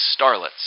starlets